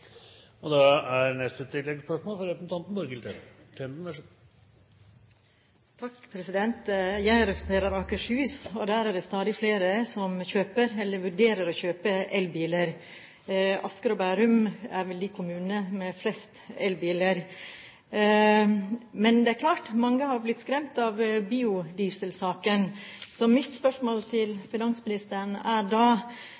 Jeg representerer Akershus, og der er det stadig flere som kjøper, eller vurdere å kjøpe, elbiler. Asker og Bærum er vel de kommunene med flest elbiler. Men det er klart at mange har blitt skremt av biodieselsaken. Så mitt spørsmål